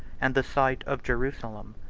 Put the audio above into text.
and the site of jerusalem,